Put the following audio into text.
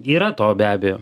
yra to be abejo